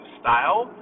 style